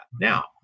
Now